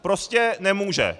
Prostě nemůže.